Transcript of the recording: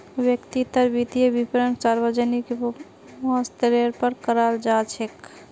व्यक्तिर वित्तीय विवरणक सार्वजनिक क म स्तरेर पर कराल जा छेक